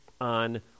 on